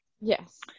Yes